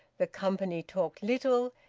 the company talked little,